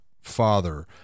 father